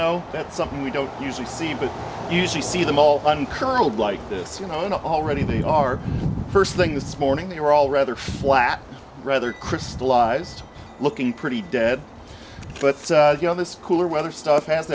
know that's something we don't usually see but usually see them all uncurled like this you know you know already they are first thing this morning they were all rather flat rather crystallized looking pretty dead but you know this cooler weather stuff ha